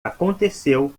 aconteceu